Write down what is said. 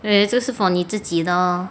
eh 这是 for 你自己的